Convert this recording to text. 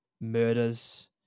murders